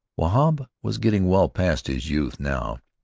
wahb was getting well past his youth now,